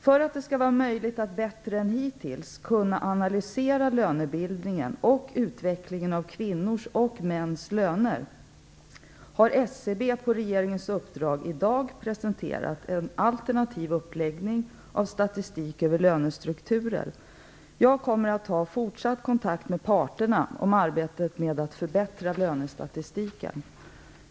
För att det skall vara möjligt att bättre än hittills analysera lönebildningen och utvecklingen av kvinnors och mäns löner har SCB på regeringens uppdrag i dag presenterat en alternativ uppläggning av statistik över lönestrukturer. Jag kommer att ha fortsatt kontakt med parterna om arbetet med att förbättra lönestatistiken.